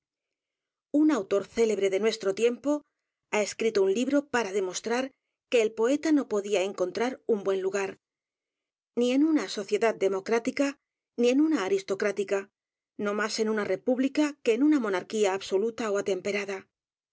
n aator célebre de nuestro tiempo h a escrito un ikfq para demostrar que el poeta no podía encontrar u n b u e n lugar n i en una sociedad democrática n i en su vida y sbs obras un a aristocrática no más en una república que en u n a monarquía absoluta ó atemperada